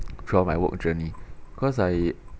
throughout my work journey cause I